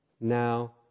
now